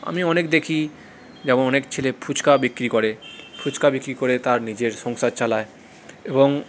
আমি অনেক দেখি যেমন অনেক ছেলে ফুচকা বিক্রি করে ফুচকা বিক্রি করে তার নিজের সংসার চালায় এবং